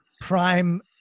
prime